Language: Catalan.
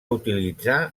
utilitzar